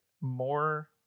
more